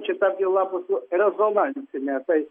šita byla būtų rezonansinė tai